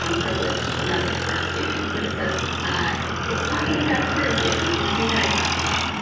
um privileged message for a student. but it says ah it's talking about peer review and the thing that i talked about,